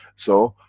so,